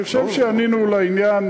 אני חושב שענינו לעניין,